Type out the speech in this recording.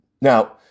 Now